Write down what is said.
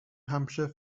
hampshire